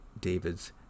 David's